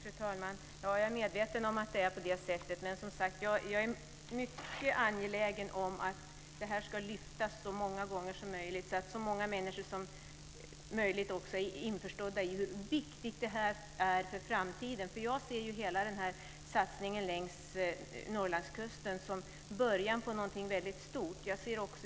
Fru talman! Jag är medveten om att det är på det sättet. Jag är mycket angelägen om att detta ska lyftas fram så många gånger som möjligt så att så många människor som möjligt också är införstådda med hur viktigt det här är för framtiden. Jag ser hela satsningen längs Norrlandskusten som början på någonting väldigt stort.